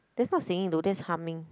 there's not singing though that's humming